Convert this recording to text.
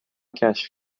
کشف